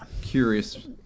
curious